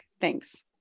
Thanks